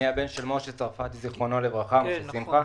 של משה צרפתי זיכרונו לברכה ושל שמחה.